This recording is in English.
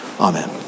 Amen